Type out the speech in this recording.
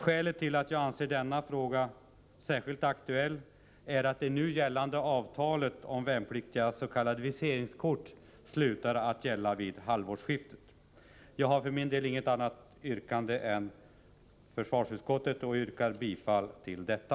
Skälet till att jag anser denna fråga särskilt aktuell är att det nu gällande avtalet om värnpliktigas s.k. viseringskort slutar att gälla vid halvårsskiftet. Jag har inget annat yrkande än försvarsutskottets och yrkar bifall till detta.